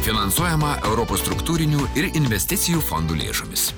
finansuojama europos struktūrinių ir investicijų fondų lėšomis